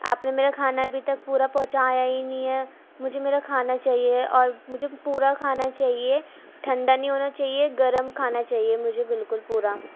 آپ نے میرا کھانا ابھی تک پورا پہنچایا ہی نہیں ہے مجھے میرا کھانا چاہیے اور مجھے پورا کھانا چاہیے ٹھنڈا نہیں ہونا چاہیے گرم کھانا چاہیے مجھے بالکل پورا